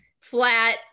flat